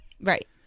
right